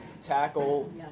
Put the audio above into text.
tackle